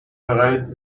bereits